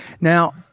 Now